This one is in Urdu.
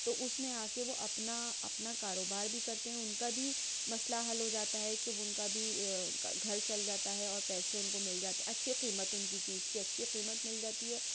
تو اس میں آ کے وہ اپنا اپنا کاروبار بھی کرتے ہیں ان کا بھی مسئلہ حل ہو جاتا ہے کہ ان کا بھی گھر چل جاتا ہے اور پیسے ان کو مل جاتے ہیں اچھی قیمت ان کی چیز کی اچھی قیمت مل جاتی ہے